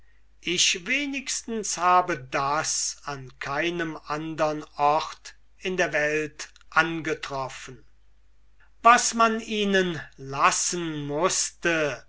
ich wenigstens habe das an keinem andern ort in der welt angetroffen was man ihnen lassen mußte